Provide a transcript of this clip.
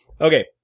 Okay